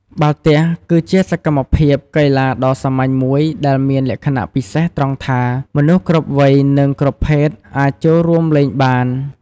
បាល់ទះគឺជាសកម្មភាពកីឡាដ៏សាមញ្ញមួយដែលមានលក្ខណៈពិសេសត្រង់ថា មនុស្សគ្រប់វ័យ និងគ្រប់ភេទអាចចូលរួមលេងបាន។